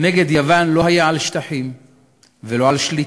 נגד יוון לא היה על שטחים ולא על שליטה,